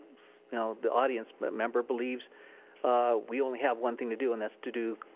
you know the audience but member believes we only have one thing to do, and that's to do